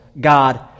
God